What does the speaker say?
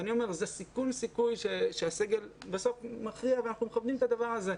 אני אומר שזה סיכון/סיכוי שהסגל בסוף מכריע ואנחנו מכבדים את הדבר הזה.